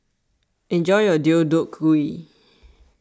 enjoy your Deodeok Gui